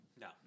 No